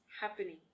happening